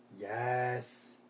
Yes